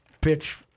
pitch